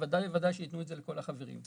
וודאי וודאי שייתנו את זה לכל החברים.